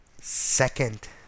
Second